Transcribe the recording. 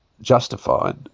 justified